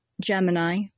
Gemini